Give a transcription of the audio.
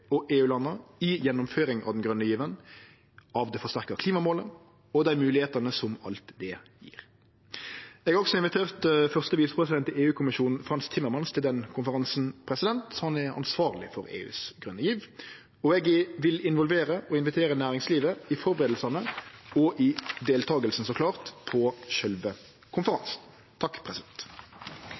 og EU-landa i gjennomføring av den grøne given, av dei forsterka klimamåla og av dei moglegheitene som alt det gjev. Eg har også invitert første visepresident i EU-kommisjonen, Franz Timmermans, til den konferansen. Han er ansvarleg for EUs grøne giv, og eg vil involvere og invitere næringslivet i førebuingane og – så klart – i deltakinga på sjølve konferansen.